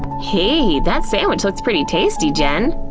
hey, that sandwich looks pretty tasty, jen!